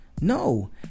No